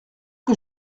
que